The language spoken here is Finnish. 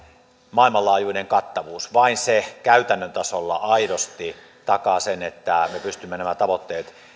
maailmanlaajuinen kattavuus vain se käytännön tasolla aidosti takaa sen että me pystymme nämä